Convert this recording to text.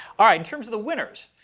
all right. in terms of the winners,